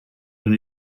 bin